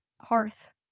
hearth